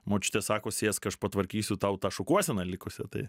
močiutė sako sėsk aš patvarkysiu tau tą šukuoseną likusią tai